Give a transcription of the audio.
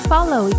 Follow